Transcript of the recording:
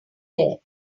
there